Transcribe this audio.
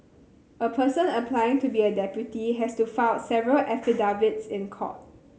a person applying to be a deputy has to file several affidavits in court